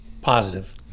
positive